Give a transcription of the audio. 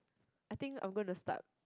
I think I'm gonna start